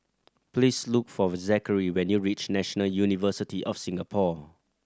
please look for Zakary when you reach National University of Singapore